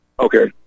Okay